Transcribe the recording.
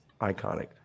Iconic